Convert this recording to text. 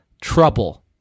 trouble